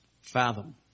fathom